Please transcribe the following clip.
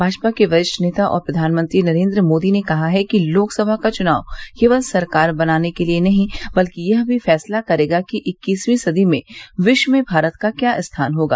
भाजपा के वरिष्ठ नेता और प्रधानमंत्री नरेन्द्र मोदी ने कहा है कि लोकसभा का चुनाव केवल सरकार बनाने के लिये नहीं बल्कि यह भी फैसला करेगा कि इक्कीसवीं सदी में विश्व में भारत का क्या स्थान होगा